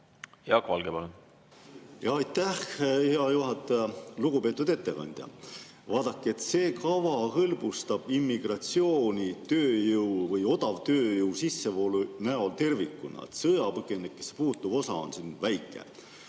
Jaak Valge, palun! Aitäh, hea juhataja! Lugupeetud ettekandja! Vaadake, see kava hõlbustab immigratsiooni tööjõu või odavtööjõu sissevoolu näol tervikuna. Sõjapõgenikesse puutuv osa on siin väike.